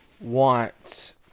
wants